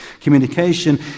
Communication